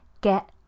get